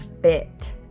bit